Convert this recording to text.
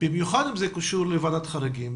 במיוחד אם זה קשור לוועדת החריגים.